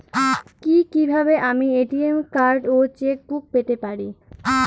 কি কিভাবে আমি এ.টি.এম কার্ড ও চেক বুক পেতে পারি?